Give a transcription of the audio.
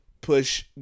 Push